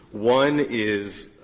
one is